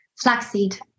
Flaxseed